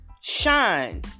Shine